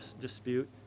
dispute